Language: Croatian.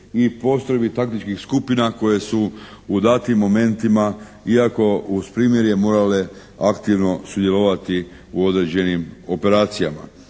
i postrojbi taktičkih skupina koje su u datim momentima iako uz primirje morale aktivno sudjelovati u određenim operacijama.